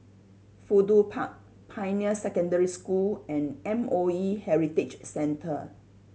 Fudu Park Pioneer Secondary School and M O E Heritage Centre